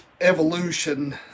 evolution